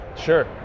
Sure